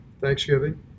Thanksgiving